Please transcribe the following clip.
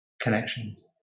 connections